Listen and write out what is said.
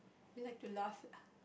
you like to laugh